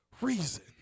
reason